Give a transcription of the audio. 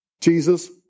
Jesus